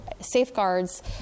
safeguards